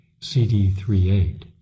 CD38